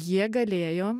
jie galėjo